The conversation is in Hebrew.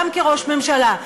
גם כראש הממשלה.